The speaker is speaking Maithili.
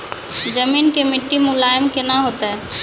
जमीन के मिट्टी मुलायम केना होतै?